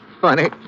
Funny